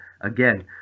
again